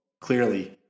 clearly